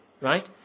right